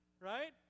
Right